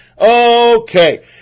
Okay